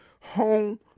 home